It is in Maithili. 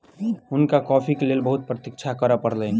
हुनका कॉफ़ीक लेल बहुत प्रतीक्षा करअ पड़लैन